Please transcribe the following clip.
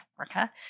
Africa